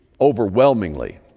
overwhelmingly